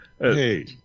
Hey